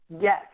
Yes